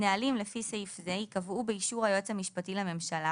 נהלים לפי סעיף זה ייקבעו באישור היועץ המשפטי לממשלה